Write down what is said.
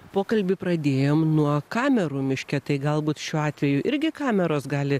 pokalbį pradėjom nuo kamerų miške tai galbūt šiuo atveju irgi kameros gali